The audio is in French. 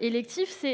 électif,